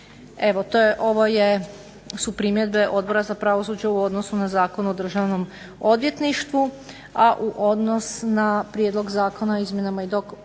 Ovo su primjedbe Odbora za pravosuđe u odnosu na Zakon o Državnom odvjetništvu, a u odnos na prijedloga zakona o izmjenama i dopunama